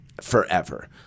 forever